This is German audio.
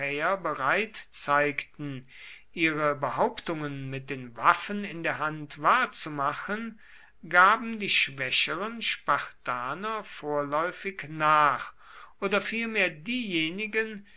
bereit zeigten ihre behauptungen mit den waffen in der hand wahrzumachen gaben die schwächeren spartaner vorläufig nach oder vielmehr diejenigen